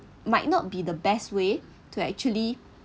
might not be the best way to actually